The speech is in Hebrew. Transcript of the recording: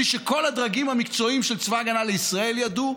בלי שכל הדרגים המקצועיים של צבא ההגנה לישראל ידעו?